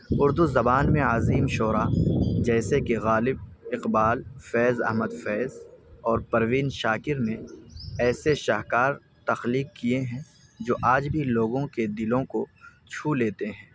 اردو زبان میں عظیم شعرا جیسے کہ غالب اقبال فیض احمد فیض اور پروین شاکر نے ایسے شہکار تخلیق کیے ہیں جو آج بھی لوگوں کے دلوں کو چھو لیتے ہیں